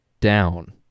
down